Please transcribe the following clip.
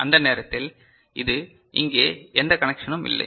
அந்த நேரத்தில் இது இங்கே எந்த கனெக்சனும் இல்லை